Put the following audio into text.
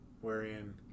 wherein